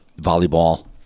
volleyball